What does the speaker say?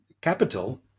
Capital